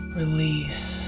release